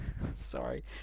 Sorry